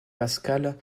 pascal